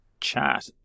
chat